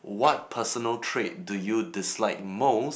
what personal threat to you dislike most